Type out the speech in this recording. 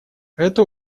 это